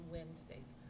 Wednesdays